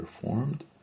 performed